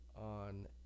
on